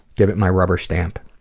give it my rubber stamp.